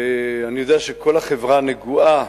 ואני יודע שכל החברה נגועה